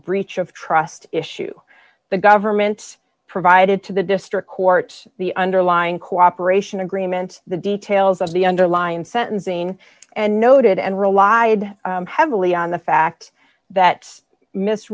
breach of trust issue the government's provided to the district court the underlying cooperation agreement the details of the underlined sentencing and noted and relied heavily on the fact that miss